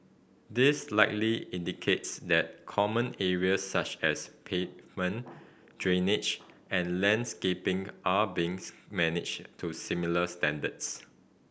this likely indicates that common areas such as pavement drainage and landscaping are being managed to similar standards